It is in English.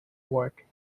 work